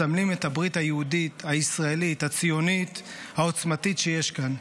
מסמלים את הברית היהודית-הישראלית-הציונית העוצמתית שיש כאן.